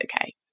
okay